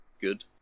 good